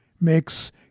makes